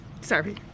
sorry